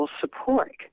support